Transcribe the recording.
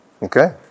Okay